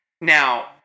Now